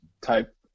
type